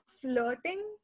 flirting